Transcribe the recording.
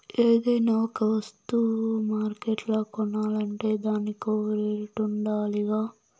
ఏదైనా ఒక వస్తువ మార్కెట్ల కొనాలంటే దానికో రేటుండాలిగా